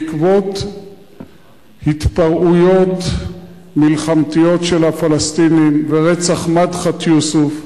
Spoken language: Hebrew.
בעקבות התפרעויות מלחמתיות של הפלסטינים ורצח מדחת יוסף,